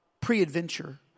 pre-adventure